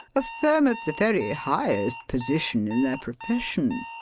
a firm of the very highest position in their profession.